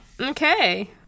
Okay